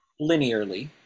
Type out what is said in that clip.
linearly